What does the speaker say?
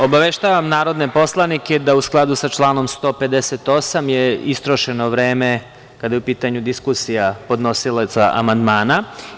Obaveštavam narodne poslanike da je, u skladu sa članom 158, istrošeno vreme kada je u pitanju diskusija podnosilaca amandmana.